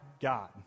God